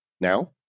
Now